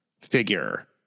figure